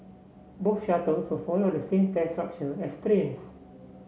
both shuttles will follow the same fare structure as trains